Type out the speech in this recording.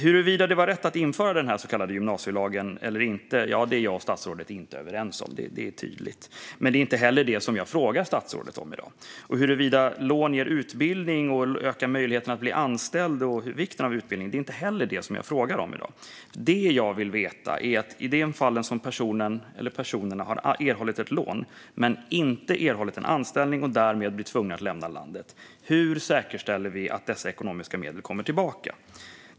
Huruvida det var rätt att införa den så kallade gymnasielagen eller inte är jag och statsrådet inte överens om. Det är tydligt. Men det är inte heller om den saken jag frågar statsrådet i dag. Huruvida lån påverkar vikten av utbildning och ökar möjligheten att bli anställd är inte heller det jag frågar om i dag. Det jag vill veta är att i de fall som personerna har erhållit ett lån men inte erhållit en anställning och därmed blir tvungna att lämna landet, hur säkerställer vi att dessa ekonomiska medel kommer tillbaka?